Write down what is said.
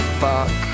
fuck